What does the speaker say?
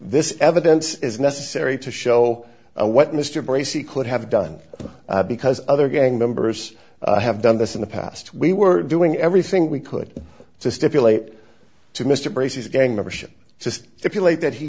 this evidence is necessary to show what mr brace he could have done because other gang members have done this in the past we were doing everything we could to stipulate to mr brace's gang membership just stipulate that he